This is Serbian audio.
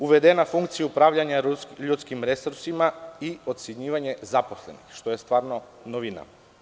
Uvedena je funkcija upravljanja ljudskim resursima i ocenjivanje zaposlenih, što je novina.